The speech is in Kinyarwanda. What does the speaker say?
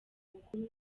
mukuru